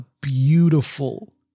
beautiful